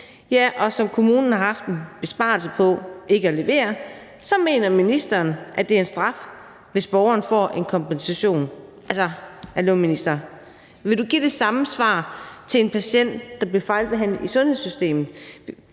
til, og som kommunen har haft en besparelse på ikke at levere, så mener ministeren, at det er en straf, hvis borgeren får en kompensation. Altså, hallo, minister, vil du give det samme svar til en patient, der bliver fejlbehandlet i sundhedssystemet?